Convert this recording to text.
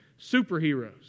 superheroes